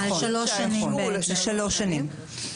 לשלוש שנים.